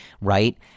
right